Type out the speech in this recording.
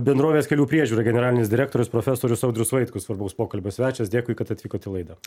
bendrovės kelių priežiūra generalinis direktorius profesorius audrius vaitkus svarbaus pokalbio svečias dėkui kad atvykot į laidą